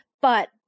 but-